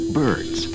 birds